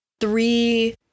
three